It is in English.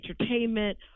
entertainment